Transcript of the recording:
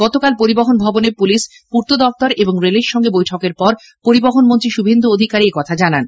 গতকাল পরিবহন ভবনে পুলিশ পূর্ত দফতর ও রেলের সঙ্গে বৈঠকের পর পরিবহণমন্ত্রী শুভেন্দু অধিকারী একথা জানান